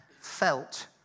felt